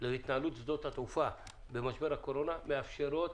להתנהלות שדות התעופה במשבר הקורונה מאפשרות